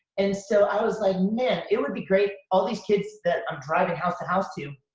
and so i was like, man it would be great, all these kids that i'm driving house to house to,